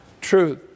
Truth